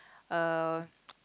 uh